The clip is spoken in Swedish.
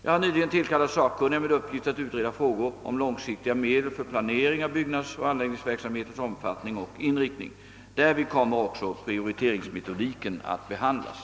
Jag har nyligen tillkallat sakkunniga med uppgift att utreda frågan om långsiktiga medel för planering av byggnadsoch = anläggningsverksamhetens omfattning och inriktning. Därvid kommer också prioriteringsmetodiken att behandlas.